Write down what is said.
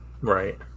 Right